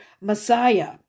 Messiah